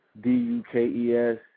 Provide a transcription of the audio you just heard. D-U-K-E-S